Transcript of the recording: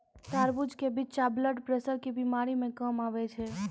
तरबूज के बिच्चा ब्लड प्रेशर के बीमारी मे काम आवै छै